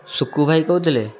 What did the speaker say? ସୁକୁ ଭାଇ କହୁଥିଲେ